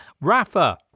Rafa